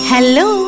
Hello